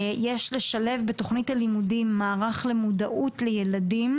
יש לשלב בתוכנית הלימודים מערך למודעות לילדים